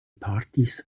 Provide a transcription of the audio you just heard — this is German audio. partys